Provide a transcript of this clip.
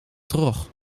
trog